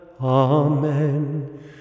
amen